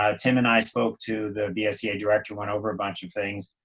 ah tim and i spoke to the bsea director, went over a bunch of things.